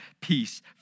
peace